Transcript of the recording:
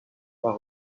pas